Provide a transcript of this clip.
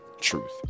truth